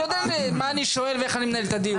אני יודע מה אני שואל ואיך אני מנהל את הדיון.